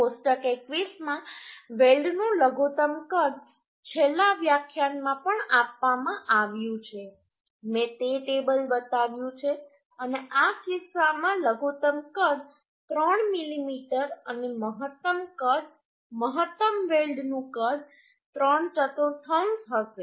કોષ્ટક 21 માં વેલ્ડનું લઘુત્તમ કદ છેલ્લા વ્યાખ્યાનમાં પણ આપવામાં આવ્યું છે મેં તે ટેબલ બતાવ્યું છે અને આ કિસ્સામાં લઘુત્તમ કદ 3 મીમી અને મહત્તમ કદ મહત્તમ વેલ્ડનું કદ 34 હશે